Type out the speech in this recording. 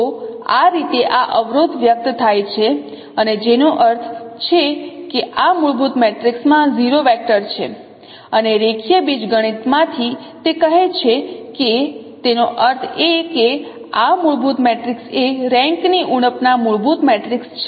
તો આ રીતે આ અવરોધ વ્યક્ત થાય છે અને જેનો અર્થ છે કે આ મૂળભૂત મેટ્રિક્સમાં 0 વેક્ટર છે અને રેખીય બીજગણિતમાંથી તે કહે છે કે તેનો અર્થ એ કે આ મૂળભૂત મેટ્રિક્સ એ રેન્ક ની ઉણપના મૂળભૂત મેટ્રિક્સ છે